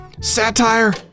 Satire